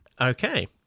okay